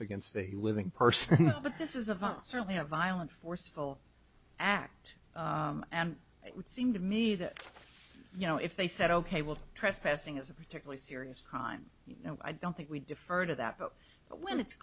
against the living person but this is about certainly a violent forceful act and it would seem to me that you know if they said ok we'll trespassing is a particularly serious crime you know i don't think we defer to that but when it's